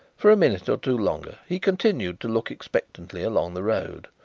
for a minute or two longer he continued to look expectantly along the road.